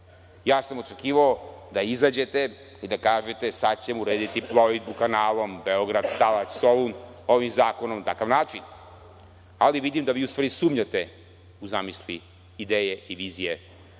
Ja sam očekivao da izađete i da kažete – sad ćemo urediti plovidbu kanalom Beograd – Stalać – Solun ovim zakonom na takav način. Ali, vidim da vi u stvari sumnjate u zamisli, ideje i vizije svog